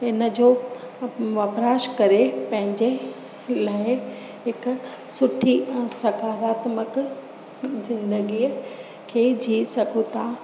हिनजो वपराश करे पंहिंजे लाइ हिकु सुठी ऐं सकारात्मक ज़िंदगीअ खे जीउ सघूं था